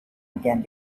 again